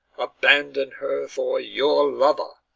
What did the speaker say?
abandoned her for your lover,